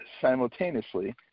simultaneously